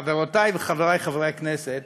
חברותי וחברי חברי הכנסת,